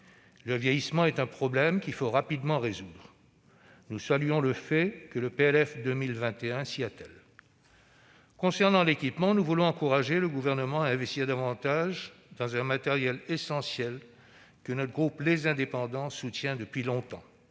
Le vieillissement est un problème qu'il faut rapidement résoudre et nous saluons le fait que le Gouvernement s'y attelle ce projet de loi de finances. Concernant l'équipement, nous voulons encourager le Gouvernement à investir davantage dans un matériel essentiel que notre groupe Les Indépendants soutient depuis longtemps,